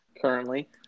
currently